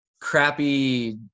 crappy